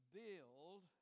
build